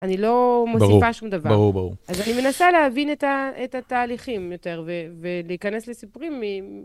אני לא מוסיפה שום דבר. אז אני מנסה להבין את התהליכים יותר ולהיכנס לסיפורים.